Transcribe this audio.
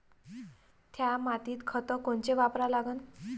थ्या मातीत खतं कोनचे वापरा लागन?